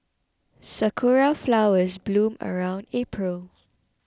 sakura flowers bloom around April